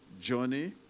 journey